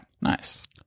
nice